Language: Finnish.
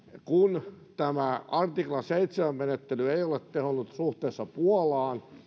kun tämä artikla seitsemän mukainen menettely ei ole tehonnut suhteessa puolaan